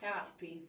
Carpi